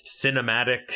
cinematic